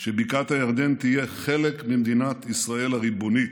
שבקעת הירדן תהיה חלק ממדינת ישראל הריבונית.